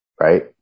right